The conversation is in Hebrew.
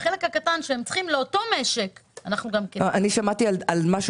בחלק הקטן שהם צריכים לאותו משק -- שמעתי על משהו